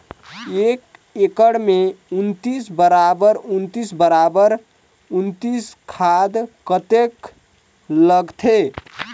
एक एकड़ मे उन्नीस बराबर उन्नीस बराबर उन्नीस खाद कतेक लगथे?